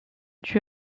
due